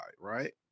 right